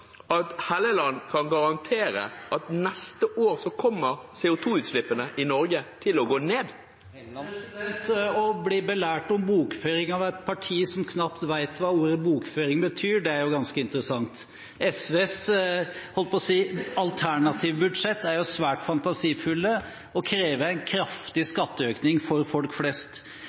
at Helleland kan garantere at neste år kommer CO 2 -utslippene i Norge til å gå ned? Å bli belært om bokføring av et parti som knapt vet hva ordet «bokføring» betyr, er ganske interessant. SVs alternative budsjett er svært fantasifullt og krever en kraftig skatteøkning for folk flest.